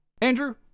Andrew